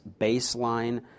baseline